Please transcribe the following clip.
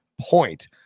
point